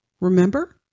remember